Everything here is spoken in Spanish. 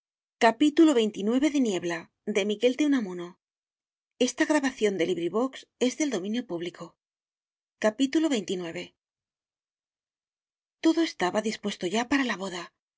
xxix todo estaba dispuesto ya para la boda